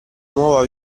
nuova